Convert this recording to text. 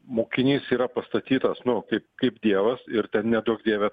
mokinys yra pastatytas nu kaip kaip dievas ir neduok dieve